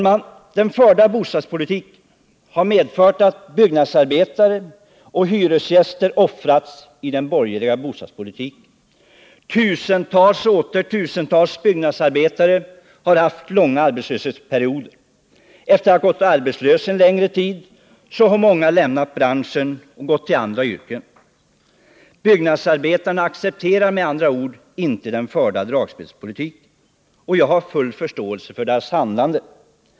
Den av den borgerliga regeringen förda bostadspolitiken har medfört att byggnadsarbetare och hyresgäster ”offrats”. Tusentals och åter tusentals byggnadsarbetare har haft långa arbetslöshetsperioder. Efter att ha Nr 19 gått arbetslösa en längre tid har många lämnat branschen och gått till andra Torsdagen den yrken. Byggnadsarbetarna accepterar inte den förda dragspelspolitiken. Jag 25 oktober 1979 har full förståelse för deras handlande.